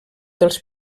dels